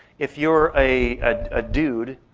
if you're a ah ah dude,